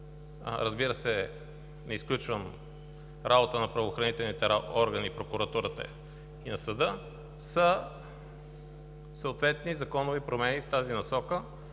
разбира се, не изключвам работата на правоохранителните органи, прокуратурата и съда, са съответни законови промени в тази насока,